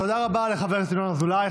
תודה רבה לחבר הכנסת ינון אזולאי.